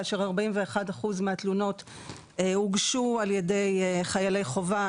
כאשר 41% מהתלונות הוגשו על ידי חיילי חובה,